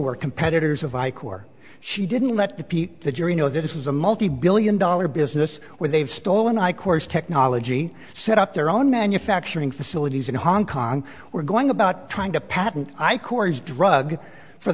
were competitors of ike or she didn't let pete the jury know that this is a multi billion dollar business where they've stolen i course technology set up their own manufacturing facilities in hong kong were going about trying to patent i corps drug for